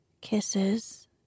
Kisses